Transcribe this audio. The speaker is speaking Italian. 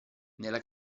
nella